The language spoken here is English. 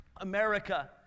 America